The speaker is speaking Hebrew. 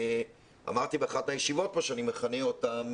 אמרתי באחת הישיבות פה שאני מכנה אותם